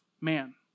man